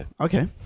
okay